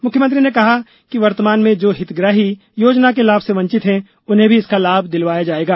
मुख्यमंत्री ने कहा कि वर्तमान में जो हितग्राही योजना के लाभ से वंचित हैं उन्हें भी इसका लाभ दिलवाया जाएगा